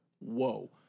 whoa